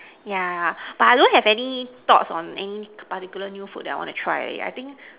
yeah but I don't have any thoughts on any particular new food that I want to try I think